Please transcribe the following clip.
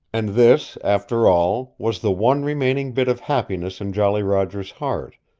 and this, after all, was the one remaining bit of happiness in jolly roger's heart,